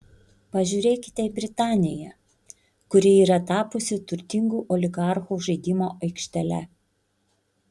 pažiūrėkite į britaniją kuri yra tapusi turtingų oligarchų žaidimo aikštele